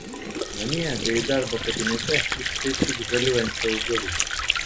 namie bei darbo kabinete įsitaisyk žaliuojančių augalų